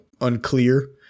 unclear